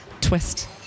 twist